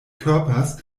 körpers